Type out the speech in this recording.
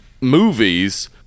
movies